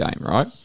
right